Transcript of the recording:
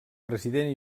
president